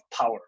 power